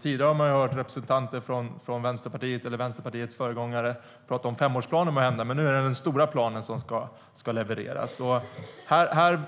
Tidigare har vi hört Vänsterpartiets företrädare tala om femårsplaner, men nu är det den stora planen som ska levereras. Här